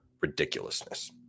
ridiculousness